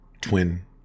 Twin